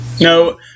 no